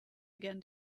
again